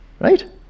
right